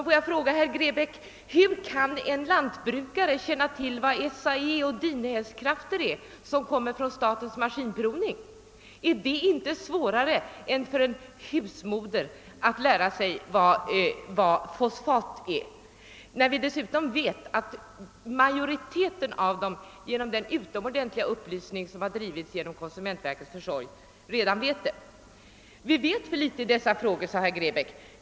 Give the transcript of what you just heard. Får jag fråga herr Grebäck om en sak: Hur kan en lantbrukare känna till SAE och DIN-hästkrafter, som kommer från statens maskinprovning? Är det inte svårare än för en husmor att lära sig vad fosfat är? Dessutom vet vi att majoriteten av husmödrarna genom den utomordentliga upplysning som drivits genom konsumentverkets försorg redan känner till fosfatens verkan. Vi vet för litet i dessa frågor, sade herr Grebäck.